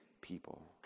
people